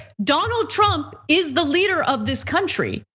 donald trump is the leader of this country.